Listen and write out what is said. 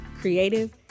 creative